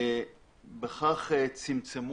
ובכך צומצמה